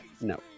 No